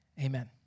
Amen